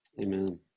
Amen